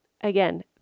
again